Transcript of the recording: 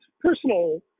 personal